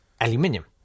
aluminium